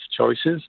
choices